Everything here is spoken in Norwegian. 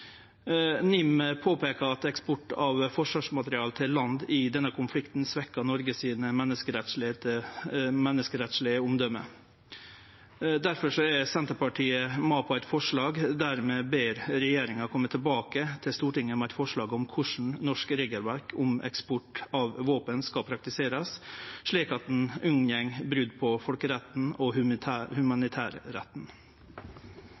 at eksporten av forsvarsmateriell til land i denne konflikten svekkjer Noregs menneskerettslege omdøme. Difor er Senterpartiet med på eit forslag der me ber regjeringa kome tilbake til Stortinget med eit forslag om korleis norsk regelverk om eksport av våpen skal praktiserast, slik at ein unngår brot på folkeretten og